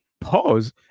Pause